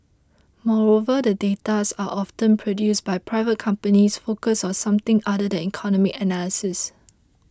moreover the data sets are often produced by private companies focused on something other than economic analysis